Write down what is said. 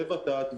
לות"ת,